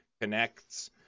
connects